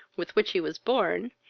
with which he was born,